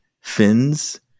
fins